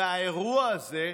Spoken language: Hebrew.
והאירוע הזה,